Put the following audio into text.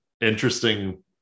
interesting